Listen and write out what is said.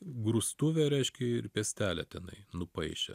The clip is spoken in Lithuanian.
grūstuvę reiškia ir piestelę tenai nupaišė